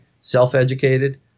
self-educated